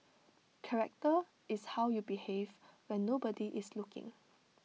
character is how you behave when nobody is looking